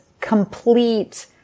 complete